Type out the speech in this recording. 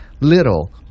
little